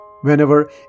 whenever